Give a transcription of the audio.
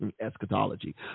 eschatology